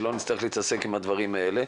ושלא נצטרך להתעסק עם הדברים האלה.